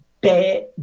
bad